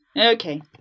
Okay